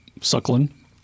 suckling